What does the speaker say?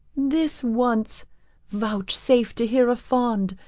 this once vouchsafe to hear a fond,